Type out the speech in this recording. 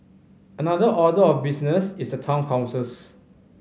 another order of business is the town councils